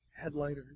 headlighters